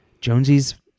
Jonesy's